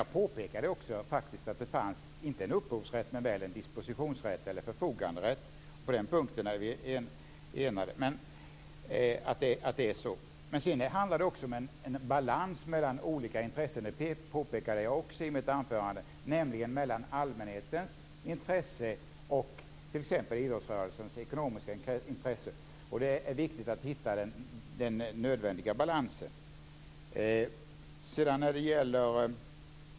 Jag påpekade också att det fanns, inte en upphovsrätt men väl en dispositionsrätt eller en förfoganderätt. På den punkten är vi eniga. Det handlar även om en balans mellan olika intressen, vilket jag också påpekade i mitt anförande. Det gäller allmänhetens intresse och t.ex. idrottsrörelsens ekonomiska intresse. Det är viktigt att hitta den nödvändiga balansen.